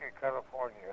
California